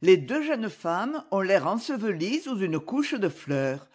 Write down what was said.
les deux jeunes femmes ont l'air ensevelies sous une couche de fleurs